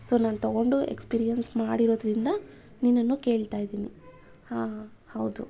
so ನಾನು ತಗೊಂಡು experience ಮಾಡಿರೋದರಿಂದ ನಿನ್ನನ್ನು ಕೇಳ್ತಾಯಿದ್ದೀನಿ ಹಾಂ ಹೌದು